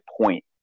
point